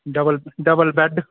double double bed